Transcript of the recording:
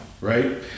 right